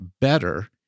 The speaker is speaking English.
better